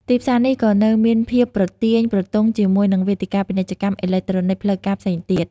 ទីផ្សារនេះក៏នៅមានភាពប្រទាញប្រទង់ជាមួយនឹងវេទិកាពាណិជ្ជកម្មអេឡិចត្រូនិកផ្លូវការផ្សេងទៀត។